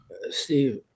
Steve